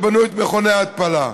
כשבנו את מכוני ההתפלה.